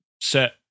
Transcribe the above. set